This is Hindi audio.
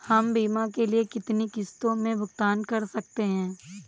हम बीमा के लिए कितनी किश्तों में भुगतान कर सकते हैं?